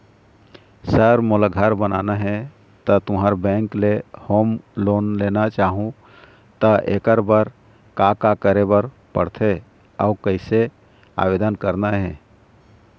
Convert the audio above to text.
Sir मोला घर बनाना हे ता तुंहर बैंक ले होम लोन लेना चाहूँ ता एकर बर का का करे बर पड़थे अउ कइसे आवेदन करना हे?